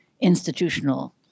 institutional